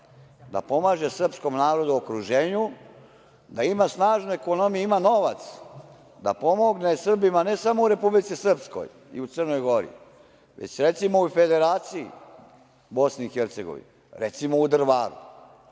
da pomaže srpskom narodu u okruženju, da ima snažnu ekonomiju, da ima novac, da pomogne Srbima, ne samo u Republici Srpskoj i u Crnoj Gori, već i recimo u Federaciji BiH, recimo u Drvaru. Možda